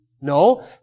No